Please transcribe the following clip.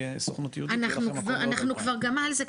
סוכנות יהודית -- אנחנו כבר גם על זה.